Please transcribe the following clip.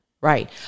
Right